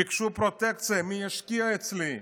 ביקשו פרוטקציה מי ישקיע אצלי.